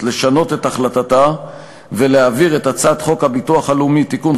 לשנות את החלטתה ולהעביר את הצעת חוק הביטוח הלאומי (תיקון,